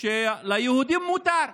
שליהודים מותר.